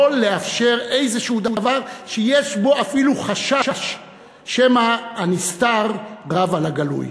לאפשר איזה דבר שיש בו אפילו חשש שמא הנסתר רב על הגלוי.